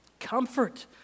Comfort